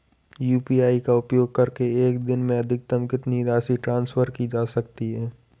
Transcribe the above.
UPI का उपयोग करके एक दिन में अधिकतम कितनी राशि ट्रांसफर की जा सकती है?